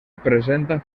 presenta